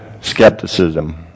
skepticism